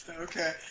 Okay